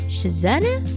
Shazana